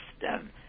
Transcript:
system